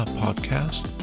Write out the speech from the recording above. podcast